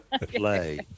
play